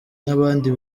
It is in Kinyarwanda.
n’abandi